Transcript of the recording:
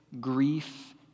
grief